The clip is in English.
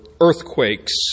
earthquakes